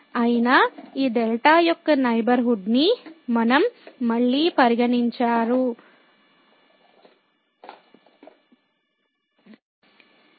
అయిన ఈ డెల్టా యొక్క నైబర్హుడ్ నీ మనం మళ్ళీ పరిగణించా ము